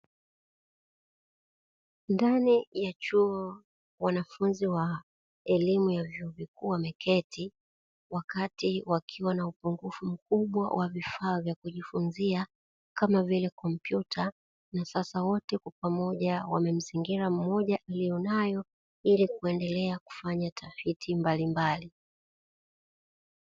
Ndani ya chuo wanafunzi wa vyuo vya ufundi wameketi wakiwa na upungufu mkubwa wa vifaa vya kujifunzia kama vile: kompyuta na sasa wote kwa pamoja wamemzingira mtu mmoja aliyenayo ili kufanya tafiti mbalimbali.